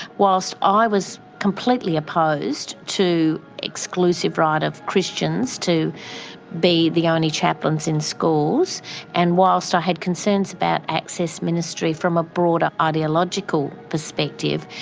whilst i was completely opposed to exclusive right of christians to be the only chaplains in schools and whilst i had concerns about access ministries from a broader ideological perspective,